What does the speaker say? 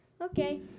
Okay